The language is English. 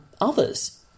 others